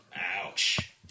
Ouch